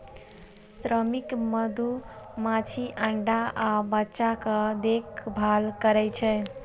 श्रमिक मधुमाछी अंडा आ बच्चाक देखभाल करै छै